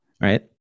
Right